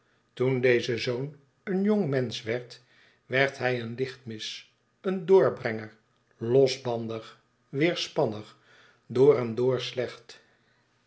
toen deze zoon een jongmensch werd werd hij een lichtmis een doorbrenger losbandig weerspannig door en door slecht